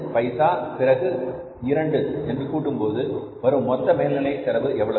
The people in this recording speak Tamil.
80 பிறகு 1 என்று கூட்டும்போது வரும் மொத்த மேல்நிலை செலவு எவ்வளவு